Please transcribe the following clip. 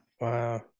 Wow